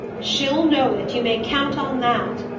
she'll know it you may count on that!